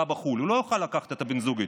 בחו"ל הוא לא יוכל לקחת את בן הזוג איתו,